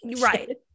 right